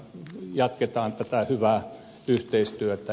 jatketaan tätä hyvää yhteistyötä